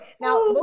Now